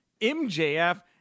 MJF